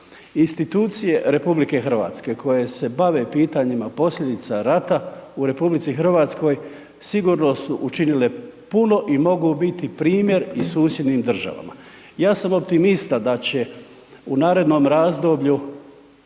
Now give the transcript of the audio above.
Institucije RH koje se bave pitanjima posljedica rata u RH, sigurno su učinile puno i mogu biti primjer i susjednim državama. Ja sam optimista da će u narednom razdoblju